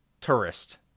tourist